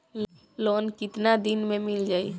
Loan कितना दिन में मिल जाई?